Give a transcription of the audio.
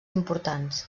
importants